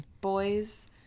boys